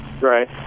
Right